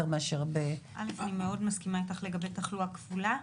יותר מאשר --- אני מאוד מסכימה איתך לגבי תחלואה כפולה.